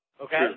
Okay